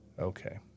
Okay